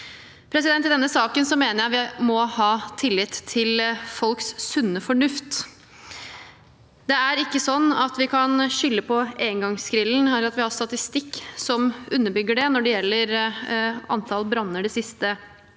forbud. I denne saken mener jeg vi må ha tillit til folks sunne fornuft. Vi kan ikke skylde på engangsgrillen eller på at vi har statistikk som underbygger det, når det gjelder antall branner de siste årene.